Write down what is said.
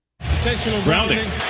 Rounding